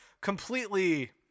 completely